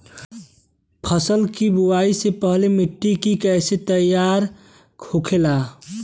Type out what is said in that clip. फसल की बुवाई से पहले मिट्टी की कैसे तैयार होखेला?